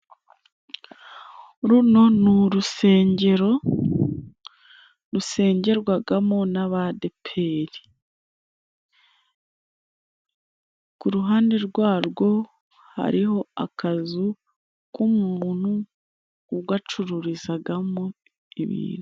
Runo ni urusengero rusengerwagamo n'abadeperi, ku ruhande rwarwo hariho akazu k'umuntu ucururizagamo ibintu.